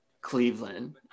Cleveland